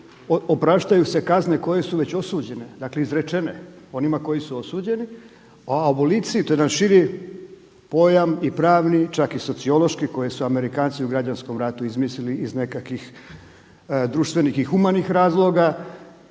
opraštaju se kazne koje su već osuđene, dakle izrečene onima koji su osuđeni. A u aboliciji to je jedan širi pojam i pravni, čak i sociološki koji su Amerikanci u građanskom ratu izmislili iz nekakvih društvenih i humanih razloga